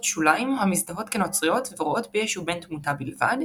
שוליים המזדהות כנוצריות ורואות בישו בן-תמותה בלבד,